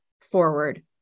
forward